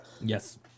Yes